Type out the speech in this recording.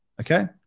okay